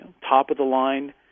top-of-the-line